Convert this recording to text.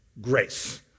Grace